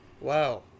wow